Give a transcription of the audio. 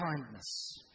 Kindness